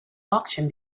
auction